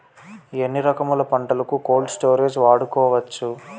ఎన్ని రకములు పంటలకు కోల్డ్ స్టోరేజ్ వాడుకోవచ్చు?